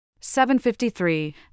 753